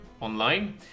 online